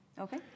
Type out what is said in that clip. Okay